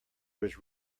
was